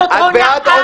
זאת הונאה.